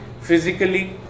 physically